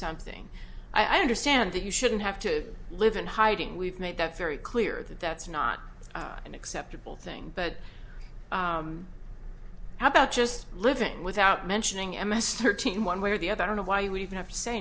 something i understand that you shouldn't have to live in hiding we've made that very clear that that's not an acceptable thing but how about just living without mentioning m s thirteen one way or the other i don't know why you even have to say